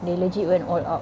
they legit went all out